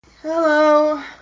Hello